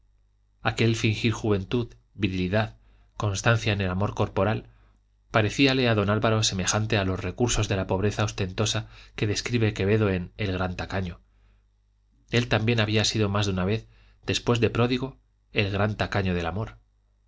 aquel fingir juventud virilidad constancia en el amor corporal parecíale a don álvaro semejante a los recursos de la pobreza ostentosa que describe quevedo en el gran tacaño él también había sido más de una vez después de pródigo el gran tacaño del amor